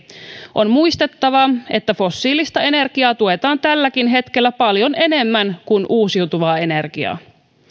on muistettava että fossiilista energiaa tuetaan tälläkin hetkellä paljon enemmän kuin uusiutuvaa energiaa